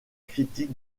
critique